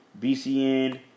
BCN